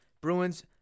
Bruins